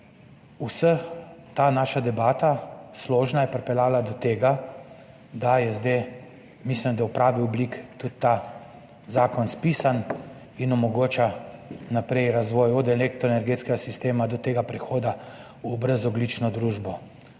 Vsa ta naša složna debata je pripeljala do tega, da je zdaj, mislim, da v pravi obliki, tudi ta zakon spisan in omogoča naprej razvoj od elektroenergetskega sistema do tega prehoda v brezogljično družbo.